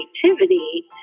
creativity